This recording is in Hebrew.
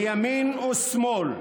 מימין ומשמאל,